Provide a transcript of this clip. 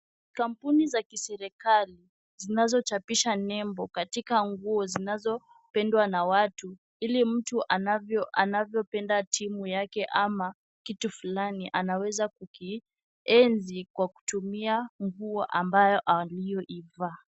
Kampuni za kiserekali zinazochapisha nembo katika nguo zinazopendwa na watu ili mtu anavyopenda timu yake ama kitu flani anaweza kukienzi kwa kutumia nguo ambyo aliyoivaa.